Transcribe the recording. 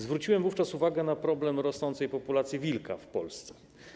Zwróciłem wówczas uwagę na problem rosnącej populacji wilków w Polsce.